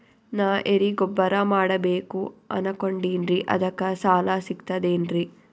ನಾ ಎರಿಗೊಬ್ಬರ ಮಾಡಬೇಕು ಅನಕೊಂಡಿನ್ರಿ ಅದಕ ಸಾಲಾ ಸಿಗ್ತದೇನ್ರಿ?